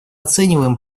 оцениваем